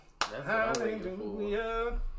hallelujah